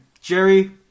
Jerry